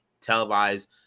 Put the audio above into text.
televised